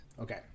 Okay